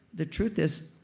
the truth is,